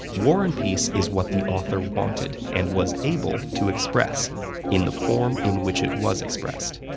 war and peace is what the author wanted and was able to express in the form in which it was expressed.